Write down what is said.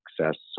success